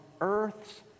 earth's